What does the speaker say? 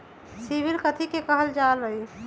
CIBIL कथि के काहल जा लई?